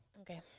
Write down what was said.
Okay